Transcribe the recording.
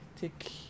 Take